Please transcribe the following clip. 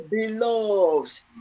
beloved